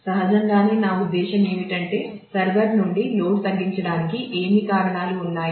సహజంగానే నా ఉద్దేశ్యం ఏమిటంటే సర్వర్ నుండి లోడ్ తగ్గించడానికి ఏమి కారణాలు ఉన్నాయి